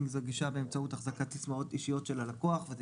זאת גישה באמצעות החזקת סיסמאות אישיות של הלקוח וזה